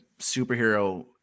superhero